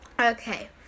Okay